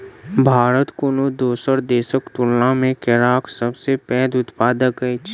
भारत कोनो दोसर देसक तुलना मे केराक सबसे पैघ उत्पादक अछि